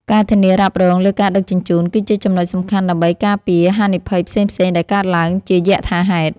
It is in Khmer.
ការធានារ៉ាប់រងលើការដឹកជញ្ជូន គឺជាចំណុចសំខាន់ដើម្បីការពារហានិភ័យផ្សេងៗដែលកើតឡើងជាយថាហេតុ។